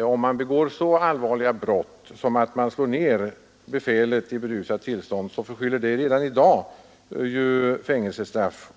om det begås så allvarliga brott som att någon slår ner befäl i berusat tillstånd, så förskyller de redan i dag fängelsestraff.